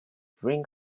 drink